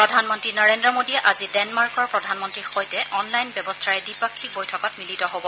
প্ৰধানমন্ত্ৰী নৰেন্দ্ৰ মোদীয়ে আজি ডেনমাৰ্কৰ প্ৰধানমন্ত্ৰীৰ সৈতে অনলাইন ব্যৱস্থাৰে দ্বিপাক্ষিক বৈঠকত মিলিত হব